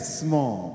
small